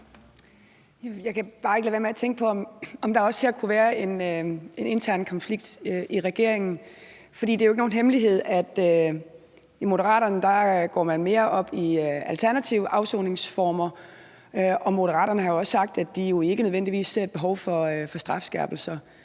Jeg kan bare ikke lade være med at tænke på, om der også her kunne være en intern konflikt i regeringen. For det er jo ingen hemmelighed, at i Moderaterne går man mere op i alternative afsoningsformer, og Moderaterne har også sagt, at de ikke nødvendigvis ser et behov for strafskærpelser,